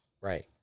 Right